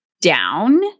down